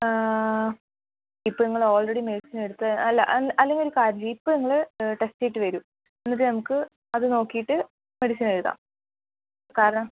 ഇപ്പോൾ നിങ്ങൾ already medicine എടുത്ത് അല്ലെങ്കിൽ ഒരു കാര്യം ചെയ്യ് ഇപ്പോൾ ഇങ്ങൾ ടെസ്റ്റ് ചെയ്തിട്ട് വരൂ എന്നിട്ട് നമുക്ക് അത് നോക്കീട്ട് മെഡിസിൻ എഴുതാം കാരണം